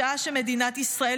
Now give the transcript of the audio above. שעה שמדינת ישראל